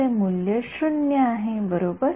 तर ते सर्व संबंधित आहेत ते असंबंधित नाहीत